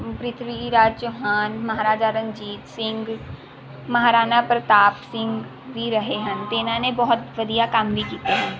ਪ੍ਰਿਥਵੀ ਰਾਜ ਚੌਹਾਨ ਮਹਾਰਾਜਾ ਰਣਜੀਤ ਸਿੰਘ ਮਹਾਰਾਣਾ ਪ੍ਰਤਾਪ ਸਿੰਘ ਵੀ ਰਹੇ ਹਨ ਅਤੇ ਇਹਨਾਂ ਨੇ ਬਹੁਤ ਵਧੀਆ ਕੰਮ ਵੀ ਕੀਤੇ ਹਨ